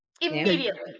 Immediately